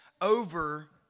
over